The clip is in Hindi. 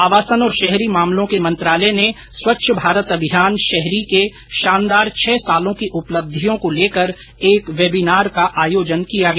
आवासन और शहरी मामलों के मंत्रालय ने स्वच्छ भारत अभियान शहरी के शानदार छह सालों की उपलब्धियों को लेकर एक वेबिनार का आयोजन किया गया